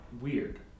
weird